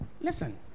Listen